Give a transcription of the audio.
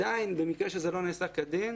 עדיין במקרה שזה לא נעשה כדין,